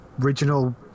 original